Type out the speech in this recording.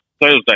Thursday